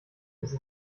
ist